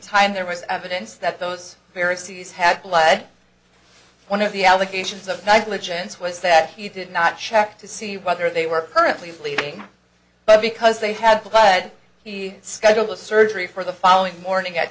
time there was evidence that those various cities had blood one of the allegations of negligence was that he did not check to see whether they were currently leaving but because they had complied to schedule the surgery for the following morning at